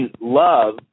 love